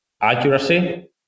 accuracy